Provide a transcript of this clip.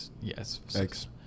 Yes